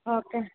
okay